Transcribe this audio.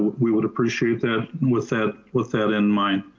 we would appreciate that with ah with that in mind,